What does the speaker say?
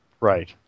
Right